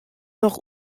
noch